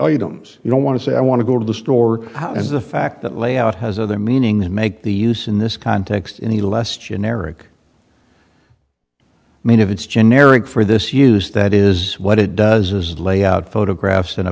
items you don't want to say i want to go to the store and the fact that layout has other meanings make the use in this context any less generic i mean if it's generic for this use that is what it does is lay out photographs